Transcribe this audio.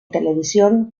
televisión